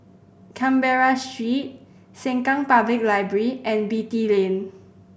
Canberra Street Sengkang Public Library and Beatty Lane